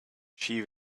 she